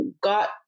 got